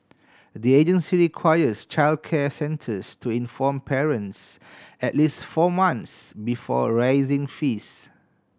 the agency requires childcare centres to inform parents at least four months before raising fees